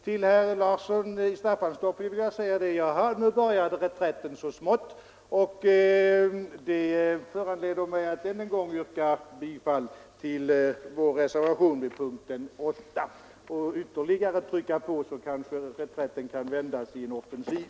Till herr Larsson i Staffanstorp vill jag säga: Nu började reträtten så smått, och det föranleder mig att än en gång yrka bifall till vår reservation i punkten 8 för att ytterligare trycka på. Kanske då reträtten kan vändas i en offensiv.